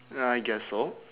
uh I guess so